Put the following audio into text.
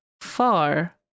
far